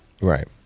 Right